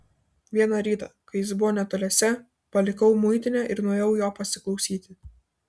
vieną rytą kai jis buvo netoliese palikau muitinę ir nuėjau jo pasiklausyti